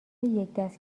یکدست